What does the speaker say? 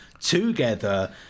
together